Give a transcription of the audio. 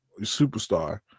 superstar